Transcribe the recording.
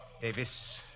Davis